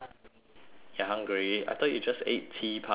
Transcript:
you're hungry I thought you just ate tea party